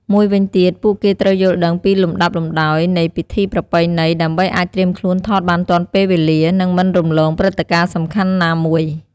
មួយវិញទៀត ពួកគេត្រូវយល់ដឹងពីលំដាប់លំដោយនៃពិធីប្រពៃណី ដើម្បីអាចត្រៀមខ្លួនថតបានទាន់ពេលវេលា និងមិនរំលងព្រឹត្តិការណ៍សំខាន់ណាមួយ។